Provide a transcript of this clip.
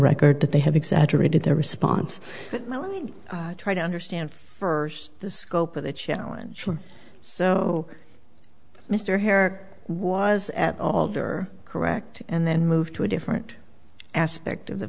record that they have exaggerated their response try to understand first the scope of the challenge for so mr hare was at alder correct and then moved to a different aspect of the